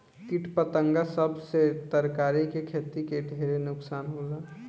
किट पतंगा सब से तरकारी के खेती के ढेर नुकसान होला